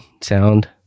sound